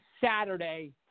Saturday